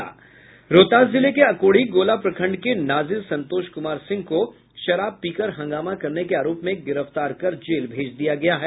रोहतास जिले के अकोढ़ी गोला प्रखंड के नाजिर संतोष कुमार सिंह को शराब पीकर हंगामा करने के आरोप में गिरफ्तार कर जेल भेज दिया गया है